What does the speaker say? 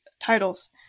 titles